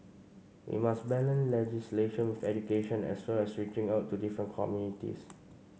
we must balance legislation with education as well as reaching out to different communities